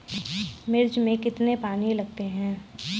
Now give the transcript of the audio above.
मिर्च में कितने पानी लगते हैं?